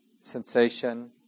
sensation